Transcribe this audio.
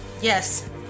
Yes